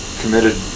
committed